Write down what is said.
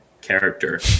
character